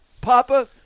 Papa